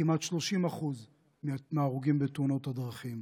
כמעט 30% מההרוגים בתאונות הדרכים.